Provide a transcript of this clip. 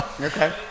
okay